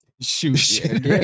shoot